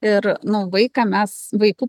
ir nu vaiką mes vaiku